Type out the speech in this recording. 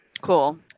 Cool